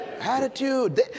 Attitude